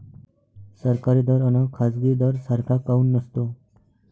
सरकारी दर अन खाजगी दर सारखा काऊन नसतो?